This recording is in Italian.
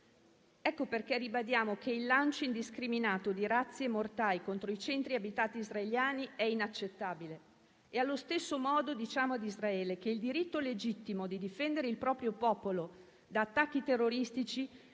Ecco perché ribadiamo che il lancio indiscriminato di razzi e mortai contro i centri abitati israeliani è inaccettabile e, allo stesso modo, diciamo a Israele che il diritto legittimo di difendere il proprio popolo da attacchi terroristici